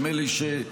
נדמה לי שהזכרת,